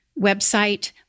website